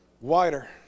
wider